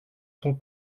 son